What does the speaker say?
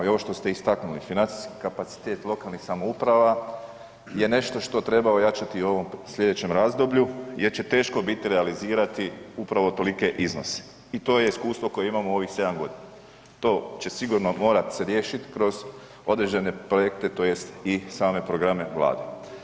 I ovo što ste istaknuli, financijski kapacitet lokalnih samouprava je nešto što treba ojačati i ovo u slijedećem razdoblju jer će teško biti realizirati upravo tolike iznose i to je iskustvo koje imamo u ovih 7 g., to će sigurno morat se riješit kroz određene projekte tj. i same programe Vlade.